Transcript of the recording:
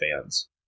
fans